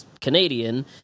Canadian